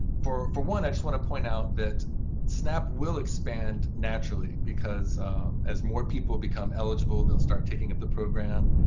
for for one, i just want to point out that snap will expand naturally because as more people become eligible, they'll start taking up the program.